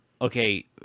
okay